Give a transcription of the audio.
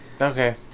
Okay